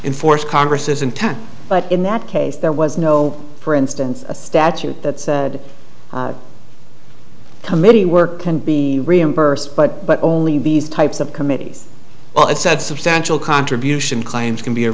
enforce congress intent but in that case there was no for instance a statute that said committee work can be reimbursed but but only b s types of committees well it said substantial contribution claims can be